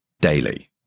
daily